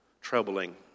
troubling